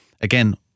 Again